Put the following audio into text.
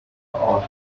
hour